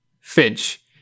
Finch